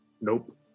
Nope